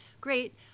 great